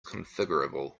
configurable